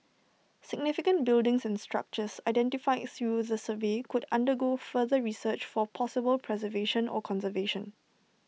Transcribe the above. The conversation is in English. significant buildings and structures identified through the survey could undergo further research for possible preservation or conservation